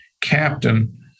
captain